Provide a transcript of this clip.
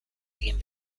egin